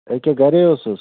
أکیٛاہ گری اوسُس